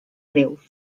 greus